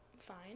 fine